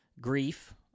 grief